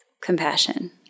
compassion